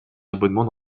abonnement